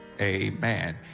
Amen